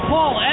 Paul